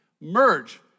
Merge